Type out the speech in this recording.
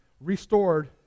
restored